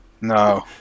No